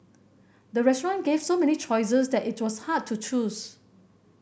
the restaurant gave so many choices that it was hard to choose